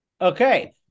Okay